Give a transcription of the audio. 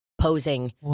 Posing